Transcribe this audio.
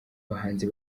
abahanzi